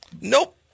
Nope